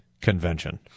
convention